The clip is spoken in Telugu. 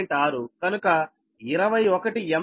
6కనుక 21 MVAR